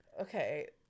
okay